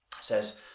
says